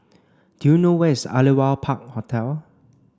do you know where is Aliwal Park Hotel